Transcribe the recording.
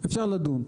אפשר לדון.